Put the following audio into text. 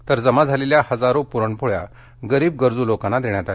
तर जमा झालेल्या इजारो प्रणपोळ्या गरीब गरज् लोकांना देण्यात आल्या